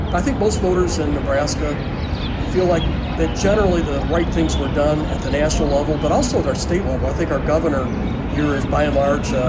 but i think most voters in nebraska feel like that generally the right things were done at the national level, but also at our state level. i think our governor here is, by and large, yeah